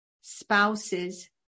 spouse's